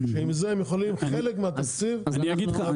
שעם זה הם יכולים חלק מהתקציב להעביר.